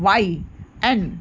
Y N